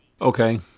okay